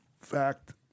fact